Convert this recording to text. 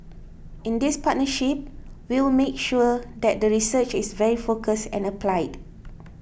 in this partnership we will make sure that the research is very focused and applied